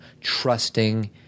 trusting